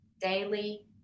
daily